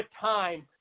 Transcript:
time